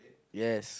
yes